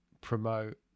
promote